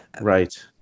Right